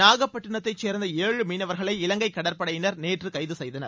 நாகப்பட்டினத்தைச் சேர்ந்த ஏழு மீனவர்களை இலங்கை கடற்படையினர் நேற்று கைது செய்தனர்